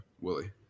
Willie